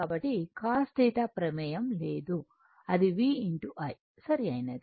కాబట్టి cos θ ప్రమేయం లేదు అది V I సరియైనది